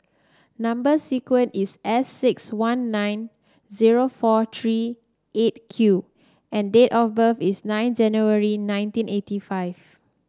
number sequence is S six one nine zero four three Eight Q and date of birth is nine January nineteen eighty five